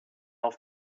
auf